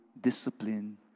discipline